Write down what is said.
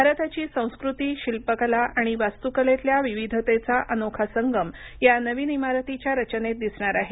भारताची संस्कृती शिल्प कला आणि वास्तुकलेतल्या विविधतेचा अनोखा संगम या नवीन इमारतीच्या रचनेत दिसणार आहे